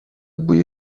بوی